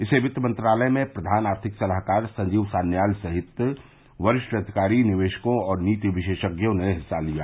इसमें कित मंत्रालय में प्रधान आर्थिक सलाहकार संजीव सान्याल सहित वरिष्ठ अधिकारी निवेशकों और नीति विशेषज्ञों ने हिस्सा लिया